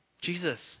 Jesus